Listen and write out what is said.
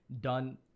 done